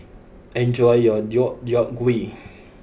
enjoy your Deodeok Gui